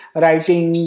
writing